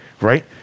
right